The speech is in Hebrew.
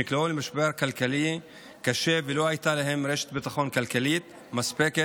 הם נקלעו למשבר כלכלי קשה ולא הייתה להם רשת ביטחון כלכלית מספקת,